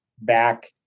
back